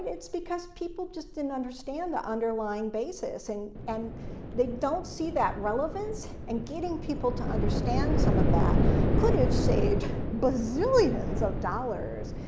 it's because people just didn't understand the underlying basis, and and they don't see that relevance, and getting people to understand some of that could've saved bazillions of dollars,